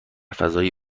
فضای